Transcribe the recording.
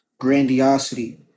grandiosity